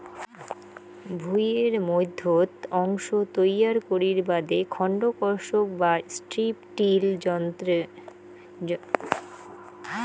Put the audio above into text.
ভুঁইয়ের মইধ্যত অংশ তৈয়ার করির বাদে খন্ড কর্ষক বা স্ট্রিপ টিল যন্ত্রর জুড়ি নাই